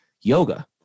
yoga